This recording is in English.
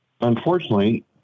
Unfortunately